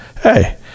hey